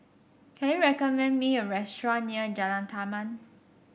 can you recommend me a restaurant near Jalan Taman